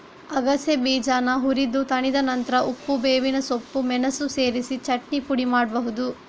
ಅಗಸೆ ಬೀಜಾನ ಹುರಿದು ತಣಿದ ನಂತ್ರ ಉಪ್ಪು, ಬೇವಿನ ಸೊಪ್ಪು, ಮೆಣಸು ಸೇರಿಸಿ ಚಟ್ನಿ ಪುಡಿ ಮಾಡ್ಬಹುದು